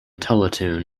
teletoon